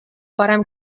parem